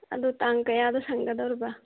ꯑꯗꯨ ꯇꯥꯡ ꯀꯌꯥꯗ ꯁꯪꯒꯗꯧꯔꯤꯕ